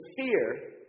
fear